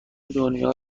دنیا